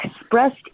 expressed